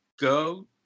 go